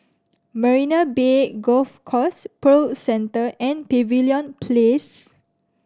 Marina Bay Golf Course Pearl Centre and Pavilion Place